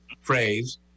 phrase